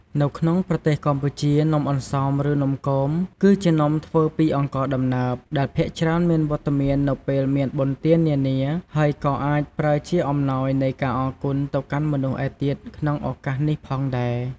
នៅក្នុងប្រទេសកម្ពុជា នំអន្សម ឬ នំគមគឺជានំធ្វើពីអង្ករដំណើប ដែលភាគច្រើនមានវត្តមាននៅពេលមានបុណ្យទាននានា ហើយក៏អាចប្រើជាអំណោយនៃការអរគុណទៅកាន់មនុស្សឯទៀតក្នុងឱកាសនេះផងដែរ។